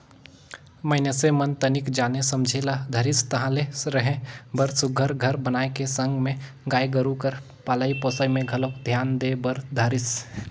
मइनसे मन तनिक जाने समझे ल धरिस ताहले रहें बर सुग्घर घर बनाए के संग में गाय गोरु कर पलई पोसई में घलोक धियान दे बर धरिस